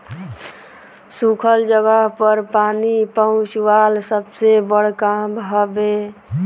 सुखल जगह पर पानी पहुंचवाल सबसे बड़ काम हवे